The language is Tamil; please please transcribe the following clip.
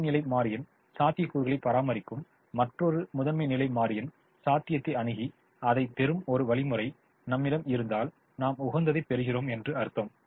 இரட்டை நிலை மாறியின் சாத்தியக்கூறுகளைப் பராமரிக்கும் மற்றும் முதன்மை நிலை மாறியின் சாத்தியத்தை அணுகி அதைப் பெறும் ஒரு வழிமுறை நம்மிடம் இருந்தால் நாம் உகந்ததைப் பெறுகிறோம் என்று அர்த்தம்